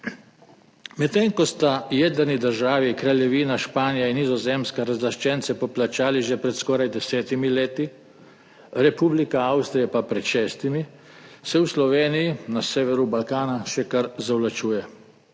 Medtem ko sta jedrni državi, Kraljevina Španija in Nizozemska, razlaščence poplačali že pred skoraj desetimi leti, Republika Avstrija pa pred šestimi, se v Sloveniji na severu Balkana še kar zavlačuje.